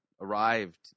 arrived